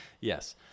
Yes